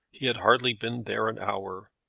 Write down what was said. he had hardly been there an hour,